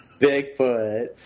Bigfoot